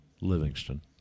Livingston